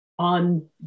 on